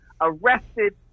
arrested